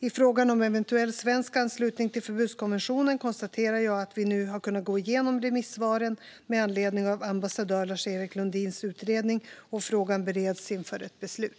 I fråga om eventuell svensk anslutning till förbudskonventionen konstaterar jag att vi nu kunnat gå igenom remissvaren med anledning av ambassadör Lars-Erik Lundins utredning. Frågan bereds inför ett beslut.